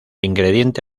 ingrediente